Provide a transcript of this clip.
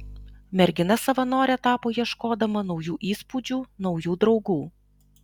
mergina savanore tapo ieškodama naujų įspūdžių naujų draugų